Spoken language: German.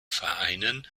vereinen